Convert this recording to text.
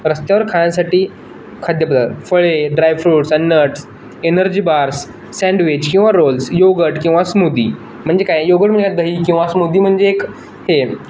रस्त्यावर खाण्यासाठी खाद्यपदार्थ फळे ड्रायफ्रूट्स आणि नट्स एनर्जी बार्स सँडविच किंवा रोलस योगट किंवा स्मूदी म्हणजे काय योगट म्हणजे दही किंवा स्मूदी म्हणजे एक हे